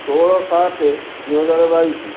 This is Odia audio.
ଷୋହଳ ସାତ ଦୁଇ ହଜାର ବାଇଶ